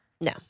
No